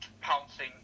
pouncing